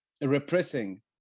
repressing